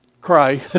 cry